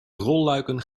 rolluiken